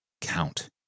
count